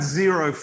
zero